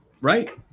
Right